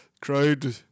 Crowd